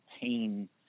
pain